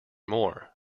more